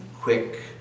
quick